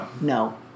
No